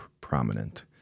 prominent